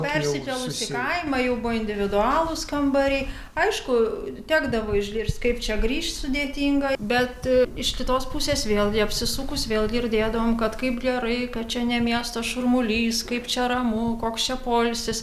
persikėlus į kaimą jau buvo individualūs kambariai aišku tekdavo išgirst kaip čia grįšt sudėtinga bet iš kitos pusės vėlgi apsisukus vėl girdėdavom kad kaip gerai kad čia ne miesto šurmulys kaip čia ramu koks čia poilsis